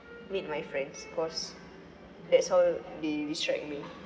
meet my friends cause that's how they distract me